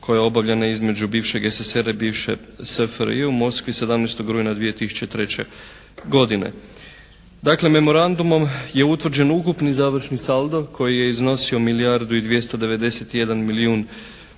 koja je obavljena između bivšeg SSSR-a i bivše SFRJ u Moskvi 17. rujna 2003. godine. Dakle, memorandumom je utvrđen ukupni završni saldo koji je iznosio milijardu i 291 milijun